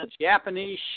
Japanese